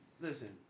Listen